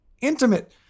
intimate